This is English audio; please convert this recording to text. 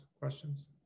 questions